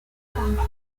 cambios